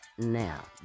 Now